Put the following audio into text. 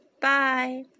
Bye